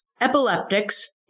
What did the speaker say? epileptics